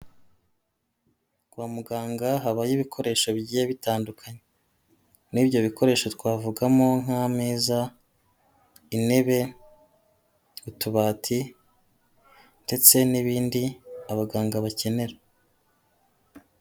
Kwa muganga habaho ibikoresho bigiye bitandukanye, muri ibyo bikoresho twavugamo nk'ameza, intebe, utubati ndetse n'ibindi abaganga bakenera.